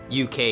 UK